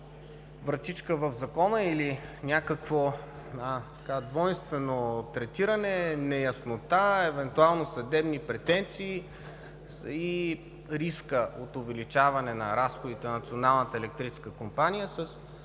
вратичка в Закона, или някакво двойствено третиране, неяснота, евентуално съдебни претенции и риск от увеличаване на разходите на Националната електрическа компания,